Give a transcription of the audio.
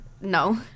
no